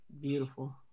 beautiful